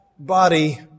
body